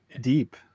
deep